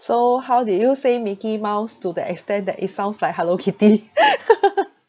so how did you say mickey mouse to the extent that it sounds like hello kitty